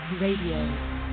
Radio